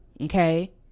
Okay